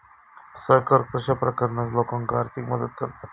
सरकार कश्या प्रकारान लोकांक आर्थिक मदत करता?